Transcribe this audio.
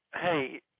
hey